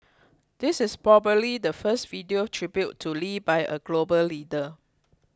this is probably the first video tribute to Lee by a global leader